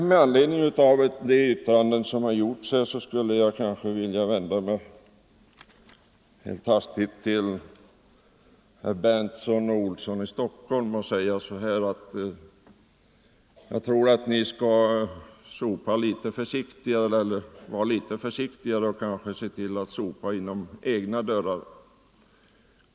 Med anledning av de yttranden som har gjorts här skulle jag vilja vända mig helt hastigt till herrar Berndtson och Olsson i Stockholm. Jag tror att ni skall vara litet försiktigare och kanske se till att sopa framför egna dörrar.